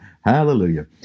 hallelujah